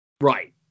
right